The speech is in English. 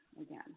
again